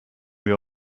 wir